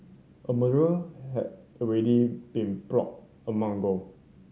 a murderer had already been plotted a month ago